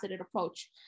approach